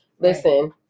listen